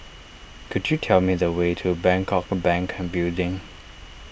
could you tell me the way to Bangkok Bank Building